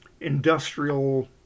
industrial